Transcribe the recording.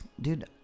dude